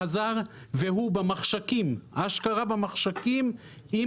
והוא במחשכים אשכרה במחשכים אם